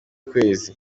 ukwezi